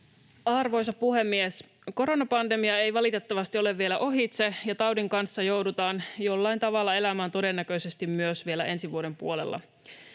Arvoisa puhemies! Koronapandemia ei valitettavasti ole vielä ohitse, ja taudin kanssa joudutaan jollain tavalla elämään todennäköisesti myös vielä ensi vuoden puolella.